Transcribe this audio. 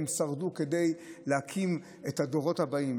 הם שרדו כדי להקים את הדורות הבאים.